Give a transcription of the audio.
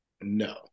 no